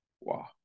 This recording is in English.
Wow